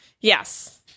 Yes